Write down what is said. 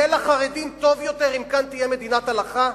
יהיה לחרדים טוב יותר אם תהיה כאן מדינת הלכה?